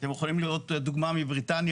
אתם יכולים לראות דוגמא מבריטניה,